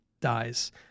dies